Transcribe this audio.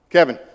Kevin